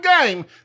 game